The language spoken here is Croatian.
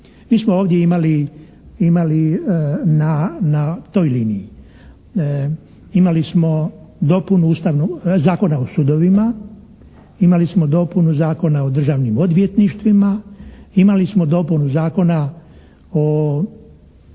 Mi smo ovdje imali na toj liniji. Imali smo dopunu ustavnog, Zakona o sudovima. Imali smo dopunu Zakona o državnim odvjetništvima. Imali smo dopunu Zakona o